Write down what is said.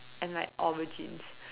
and like origins